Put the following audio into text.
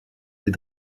des